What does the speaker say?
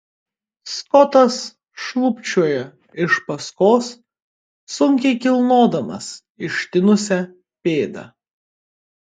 skotas šlubčioja iš paskos sunkiai kilnodamas ištinusią pėdą